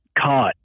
caught